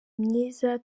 myiza